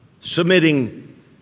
submitting